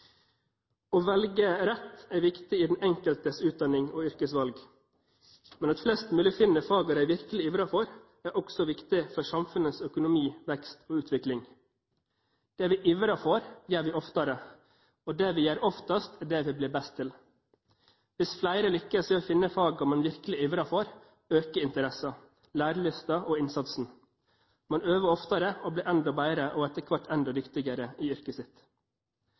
Å velge rett er viktig i den enkeltes utdanning og yrkesvalg. Men at flest mulig finner fagene de virkelig ivrer for, er også viktig for samfunnets økonomi, vekst og utvikling. Det vi ivrer for, gjør vi oftere, og det vi gjør oftest, er det vi blir best til. Hvis flere lykkes i å finne fagene man virkelig ivrer for, øker interessen, lærelysten og innsatsen. Man øver oftere og blir endra bedre, og etter hvert enda dyktigere i yrket sitt.